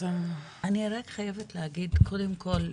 אני רק חייבת להגיד, קודם כל,